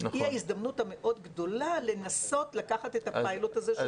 היא ההזדמנות המאוד גדולה לנסות לקחת את הפיילוט הזה,